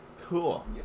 Cool